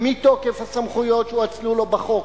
מתוקף הסמכויות שהואצלו לו בחוק,